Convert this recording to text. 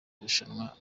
irushanwa